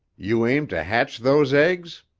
you aim to hatch those eggs?